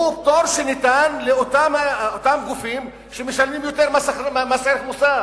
פטור שניתן לאותם גופים שמשלמים יותר מס ערך מוסף.